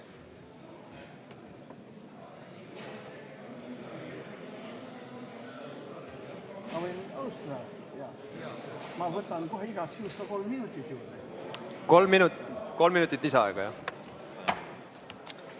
Ma võtan kohe igaks juhuks ka kolm minutit juurde. Kolm minutit lisaaega.